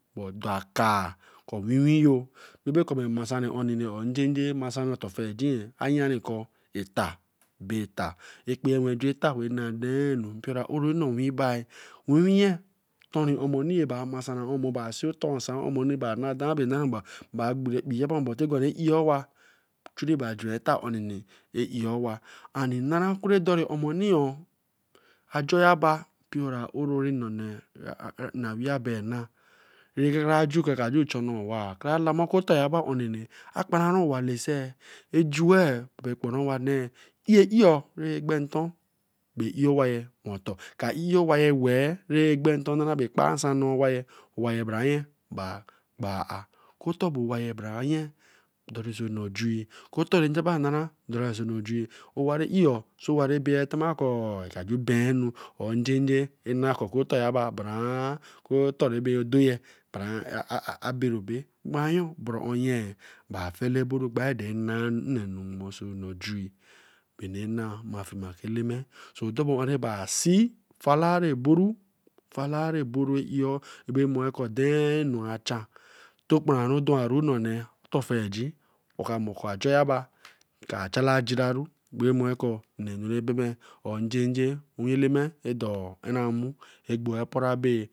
Dakar ko winwinyo ka be kor re masanri oni or njenje masanri ofengei oo a yam kor eta bae eta bae eta expense juen eta weey nain nanu. Mptura oro nnowinbi wiwinye ton omani masanca omo, bae see o ton san omo, ba na dae bae na bae, ba gbero expic, tin giwa inten ra eyeh owa, ba juri eta eyeh osa and in nava kure dori emani a jor a bar mpio ra era na usia bia na kra kra har ju ton owai, kra lama oku otor a kparanran out lage, ejuwech, eyeh eyeh bac eyeh awaye wento. Ka eyeh awaye wech, ra ghenton abora, akpuran nsan, nee owa, owaye bra yen bra ar. Oku oto bo viaye bra oyes do so onu eja. Benuranar mai fuma oka eleme si falarae eberu, falare bonu ra ko den anu ka chan, okparanru do no nee afeinagee oka mor kor ajeeba kara chala jiraru ra more. Kor nnenu ra beben. or njejen owi elenic ra dor amu ragbo opere abey.